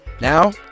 Now